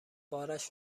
بارش